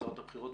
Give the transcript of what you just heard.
תוצאות הבחירות,